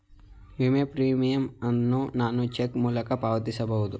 ವಿಮೆ ಪ್ರೀಮಿಯಂ ಅನ್ನು ನಾನು ಚೆಕ್ ಮೂಲಕ ಪಾವತಿಸಬಹುದೇ?